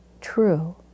true